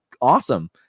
awesome